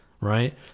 right